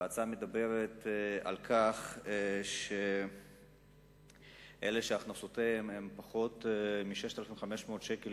ההצעה מדברת על כך שבני-זוג שהכנסותיהם הן פחות מ-6,500 שקלים,